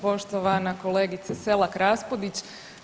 Poštovana kolegice Selak Raspudić.